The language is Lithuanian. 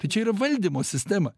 tai čia yra valdymo sistema